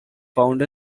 found